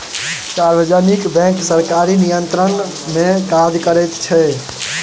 सार्वजनिक बैंक सरकारी नियंत्रण मे काज करैत छै